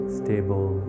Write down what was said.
stable